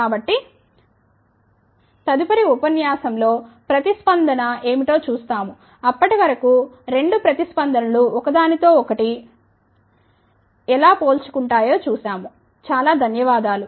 కాబట్టి తరువాతి ఉపన్యాసం లో ప్రతిస్పందన ఏమిటో చూస్తాము అప్పటి వరకు రెండు స్పందనలు ఒక దానితో ఒకటి ఎలా పోల్చుకుంటాయో చూసాము చాలా ధన్యవాదాలు